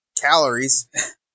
calories